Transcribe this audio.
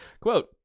quote